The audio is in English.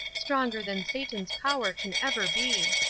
stronger than satan's power can ever be.